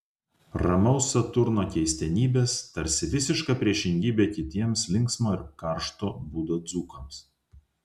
ramaus saturno keistenybės tarsi visiška priešingybė kitiems linksmo ir karšto būdo dzūkams